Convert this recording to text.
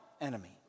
enemy